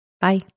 Bye